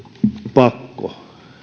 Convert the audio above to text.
pakko